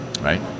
right